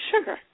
sugar